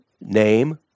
name